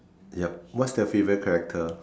yup what's their favourite character